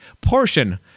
portion